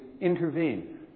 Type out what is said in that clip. intervene